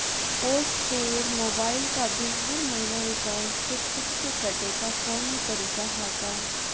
Post paid mobile क bill हर महिना एकाउंट से खुद से कटे क कौनो तरीका ह का?